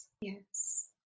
Yes